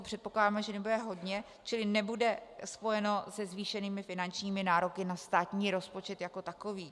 Předpokládáme, že těch osob nebude hodně, čili to nebude spojeno se zvýšenými finančními nároky na státní rozpočet jako takový.